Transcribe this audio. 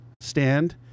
stand